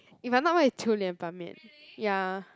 if I'm not wrong it's Qiu-Lian Ban-Mian ya